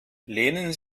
lehnen